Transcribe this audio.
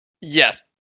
Yes